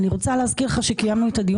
אני רוצה להזכיר לך שקיימנו את הדיון